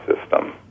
system